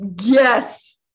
Yes